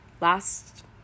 last